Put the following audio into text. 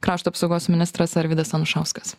krašto apsaugos ministras arvydas anušauskas